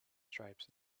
stripes